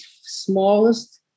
smallest